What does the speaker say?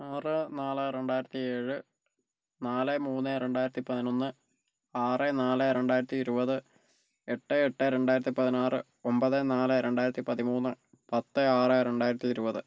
ആറ് നാല് രണ്ടായിരത്തി ഏഴ് നാല് മൂന്ന് രണ്ടായിരത്തി പതിനൊന്ന് ആറ് നാല് രണ്ടായിരത്തി ഇരുപത് എട്ട് എട്ട് രണ്ടായിരത്തി പതിനാറ് ഒമ്പത് നാല് രണ്ടായിരത്തി പതിമൂന്ന് പത്ത് ആറ് രണ്ടായിരത്തി ഇരുപത്